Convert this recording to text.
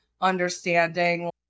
understanding